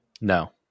no